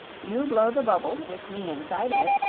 you blow the bubble, with me inside of it,